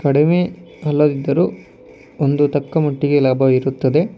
ಕಡಿಮೆ ಅಲ್ಲದಿದ್ದರೂ ಒಂದು ತಕ್ಕಮಟ್ಟಿಗೆ ಲಾಭ ಇರುತ್ತದೆ